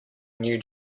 new